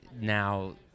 now